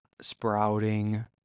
sprouting